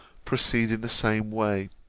proceed in the same way.